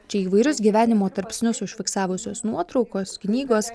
čia įvairius gyvenimo tarpsnius užfiksavusios nuotraukos knygos